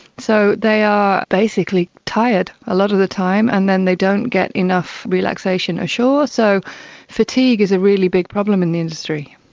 so they are basically tired a lot of the time and then they don't get enough relaxation ashore. so fatigue is a really big problem in the industry.